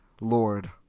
lord